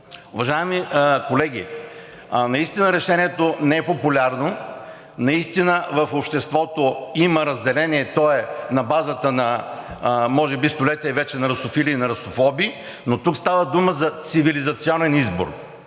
Уважаеми колеги, наистина решението не е популярно, наистина в обществото има разделение – то е на базата, може би столетие вече, на русофили и русофоби, но тук става дума за цивилизационен избор.